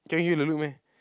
can give you the look meh